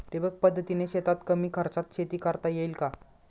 ठिबक पद्धतीने शेतात कमी खर्चात शेती करता येईल का?